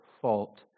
fault